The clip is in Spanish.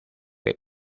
que